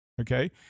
okay